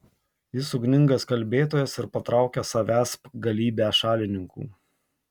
jis ugningas kalbėtojas ir patraukia savęsp galybę šalininkų